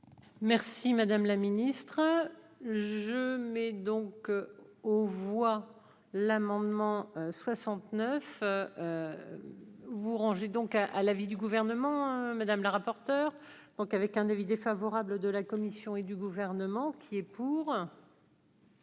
Merci madame la ministre, je mets donc aux voix l'amendement 69 vous rangez donc à l'avis du gouvernement Madame la rapporteure, donc avec un avis défavorable de la Commission et du gouvernement qui est pour.